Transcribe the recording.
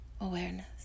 awareness